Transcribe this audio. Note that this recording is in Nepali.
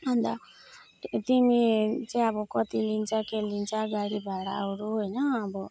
अन्त त तिमी चाहिँ अब कति लिन्छ के लिन्छ गाडी भाडाहरू होइन अब